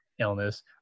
illness